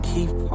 Keep